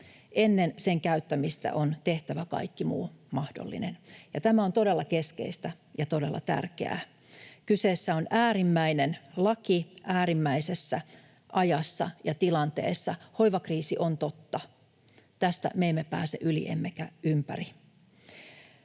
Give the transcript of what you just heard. ennen sen käyttämistä on tehtävä kaikki muu mahdollinen. Tämä on todella keskeistä ja todella tärkeää. Kyseessä on äärimmäinen laki äärimmäisessä ajassa ja tilanteessa. Hoivakriisi on totta — tästä me emme pääse yli emmekä ympäri.